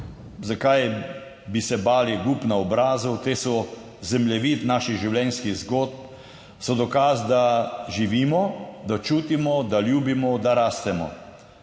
Zakaj bi se bali gub na obrazu, te so zemljevid naših življenjskih zgodb, so dokaz, da živimo, da čutimo, da ljubimo, da rastemo.